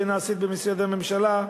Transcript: שנעשית במשרדי ממשלה,